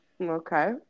Okay